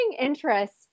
interest